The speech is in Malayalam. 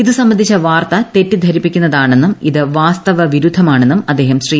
ഇത് സംബന്ധിച്ച വാർത്ത തെറ്റിദ്ധരിപ്പിക്കുന്നതാണെന്നും അത് വാസ്തവ വിരുദ്ധമാണെന്നും അദ്ദേഹം ശ്രീ